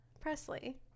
Presley